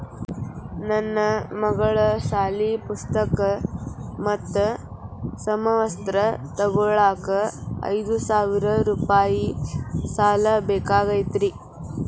ನನ್ನ ಮಗಳ ಸಾಲಿ ಪುಸ್ತಕ್ ಮತ್ತ ಸಮವಸ್ತ್ರ ತೊಗೋಳಾಕ್ ಐದು ಸಾವಿರ ರೂಪಾಯಿ ಸಾಲ ಬೇಕಾಗೈತ್ರಿ